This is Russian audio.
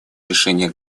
решение